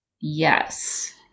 Yes